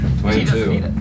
Twenty-two